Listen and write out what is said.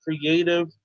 creative